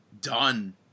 done